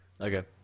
Okay